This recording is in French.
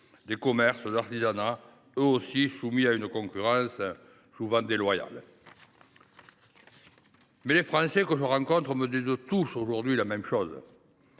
des commerces et de l’artisanat, eux aussi soumis à une concurrence souvent déloyale. Pourtant, les Français que je rencontre me disent tous la même chose